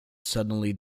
suddenly